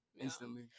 instantly